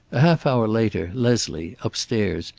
a half hour later leslie, upstairs,